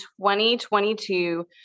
2022